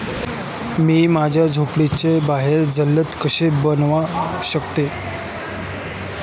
मी माझ्या झेंडूचा बहर जलद कसा बनवू शकतो?